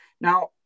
now